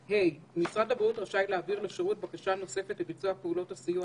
להשפיע על קצב הפעולות שלנו בסיוע